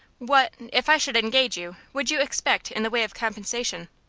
what if i should engage you would you expect in the way of compensation?